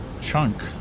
chunk